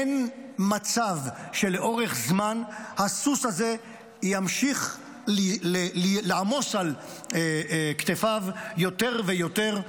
אין מצב שלאורך זמן הסוס הזה ימשיך לעמוס על כתפיו יותר ויותר,